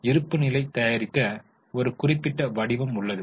இருப்புநிலை தயாரிக்க ஒரு குறிப்பிட்ட வடிவம் உள்ளது